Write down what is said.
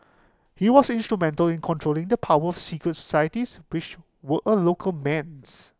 he was instrumental in controlling the power of secret societies which were A local menace